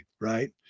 right